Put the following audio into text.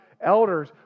elders